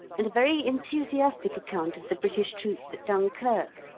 and a very enthusiastic account of the british troops at dunkerque,